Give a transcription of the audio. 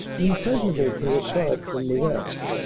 impregnable to assault from the west,